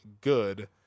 good